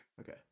Okay